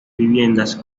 viviendas